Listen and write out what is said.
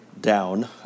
down